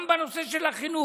גם בנושא של החינוך.